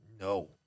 No